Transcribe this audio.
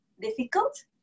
difficult